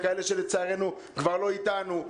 ועל כאלה שלצערנו כבר לא אתנו.